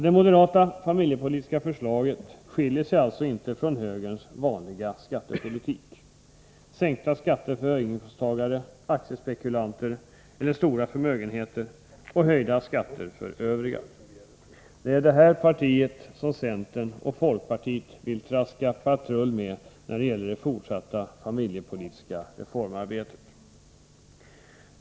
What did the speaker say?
Det moderata familjepolitiska förslaget skiljer sig alltså inte från högerns vanliga skattepolitik: sänkta skatter för höginkomsttagare, aktiespekulanter och innehavare av stora förmögenheter men höjda skatter för övriga. Och det är det parti som centern och folkpartiet vill traska patrull med när det gäller det fortsatta familjepolitiska reformarbetet.